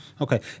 Okay